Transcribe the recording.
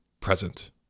present